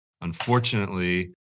Unfortunately